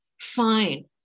fine